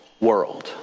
world